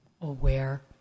aware